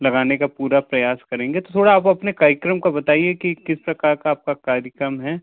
लगाने का पूरा प्रयास करेंगे तो थोड़ा आप अपने कार्यक्रम को बताइए कि किस प्रकार का आपका कार्यक्रम है